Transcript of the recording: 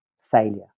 failure